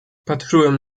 patrzyłem